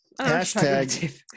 Hashtag